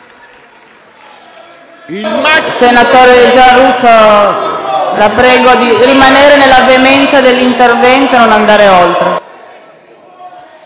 Giarrusso, la prego di rimanere nella veemenza dell'intervento e non andare oltre.